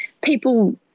people